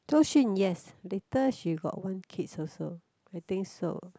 Zhou-Xun yes later she got one kids also I think so